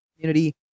community